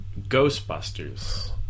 Ghostbusters